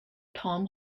tom